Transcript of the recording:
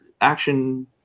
action